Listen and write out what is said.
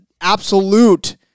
absolute